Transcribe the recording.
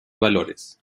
valores